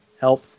help